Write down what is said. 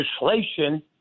legislation